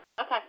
okay